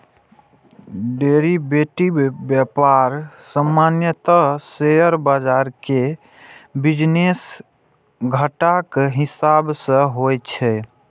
derivative व्यापार सामान्यतः share बाजार के बिजनेस घंटाक हिसाब सं होइ छै